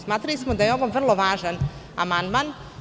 Smatrali smo da je ovo vrlo važan amandman.